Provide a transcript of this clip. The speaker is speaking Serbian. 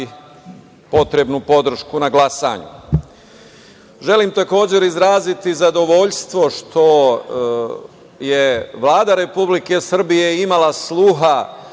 potrebnu podršku na glasanju. Želim, takođe, izraziti zadovoljstvo što je Vlada Republike Srbije imala sluha